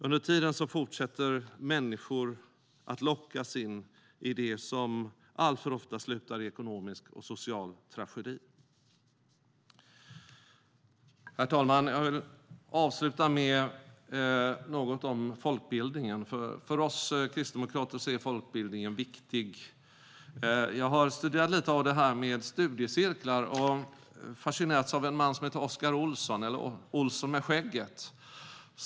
Under tiden fortsätter människor att lockas in i det som alltför ofta slutar i ekonomisk och social tragedi. Herr talman! Jag vill avsluta med att säga något om folkbildningen. För oss kristdemokrater är folkbildningen viktig. Jag har studerat studiecirklar lite, och jag har fascinerats av en man som hette Oscar Olsson - eller Olsson med skägget.